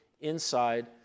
inside